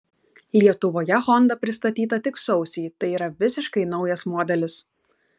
lietuvoje honda pristatyta tik sausį tai yra visiškai naujas modelis